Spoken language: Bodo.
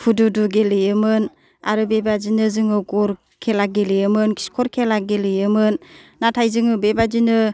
हुदुदु गेलेयाेमोन आरो बेबादिनो जोङो गर खेला गेलेयाेमोन खिख'र खेला गेलेयाेमोन नाथाय जोङो बे बादिनो